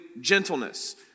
gentleness